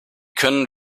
können